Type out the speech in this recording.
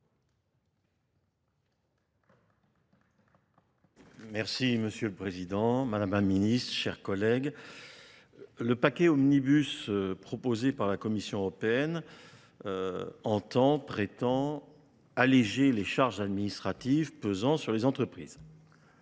Merci Monsieur le Président, Madame la Ministre, chers collègues. Le paquet Omnibus proposé par la Commission européenne entend, prétend alléger les charges administratives pesant sur les entreprises.